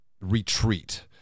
retreat